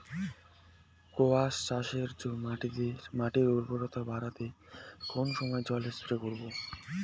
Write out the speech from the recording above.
কোয়াস চাষে মাটির উর্বরতা বাড়াতে কোন সময় জল স্প্রে করব?